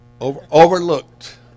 overlooked